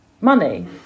money